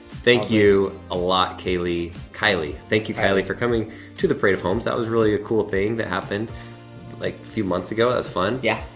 thank you a lot kaylee, kylie. thank you, kylie for coming to the parade of homes. that was really a cool thing that happened like a few months ago, that was fun. yeah.